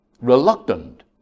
reluctant